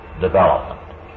development